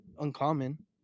uncommon